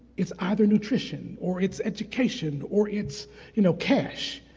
it's either nutrition, or it's education, or it's you know cash.